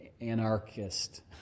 anarchist